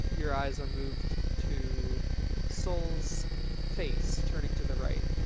your eyes are moved to soul's face turning to the right.